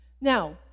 Now